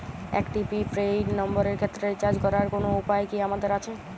একটি prepaid নম্বরের ক্ষেত্রে রিচার্জ করার কোনো উপায় কি আমাদের আছে?